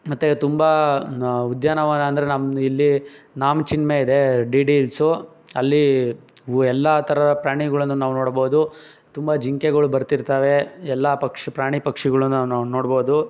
ಮತ್ತು ತುಂಬ ಉದ್ಯಾನವನ ಅಂದರೆ ನಮ್ಮ ಇಲ್ಲಿ ನಾಮ ಚಿಲ್ಮೆ ಇದೆ ಡಿ ಡಿ ಇಲ್ಸು ಅಲ್ಲಿ ಎಲ್ಲ ಥರ ಪ್ರಾಣಿಗಳನ್ನ ನಾವು ನೋಡ್ಬೌದು ತುಂಬ ಜಿಂಕೆಗಳು ಬರ್ತಿರ್ತವೆ ಎಲ್ಲಾ ಪಕ್ಷಿ ಪ್ರಾಣಿ ಪಕ್ಷಿಗಳನ್ನ ನಾವು ನೋಡ್ಬೌದು